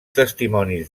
testimonis